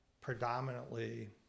predominantly